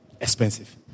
Expensive